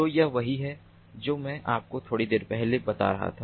तो यह वही है जो मैं आपको थोड़ी देर पहले बता रहा था